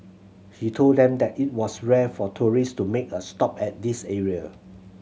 he told them that it was rare for tourist to make a stop at this area